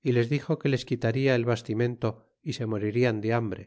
y les dixo que les quitada el bastimento y se moririan de hambre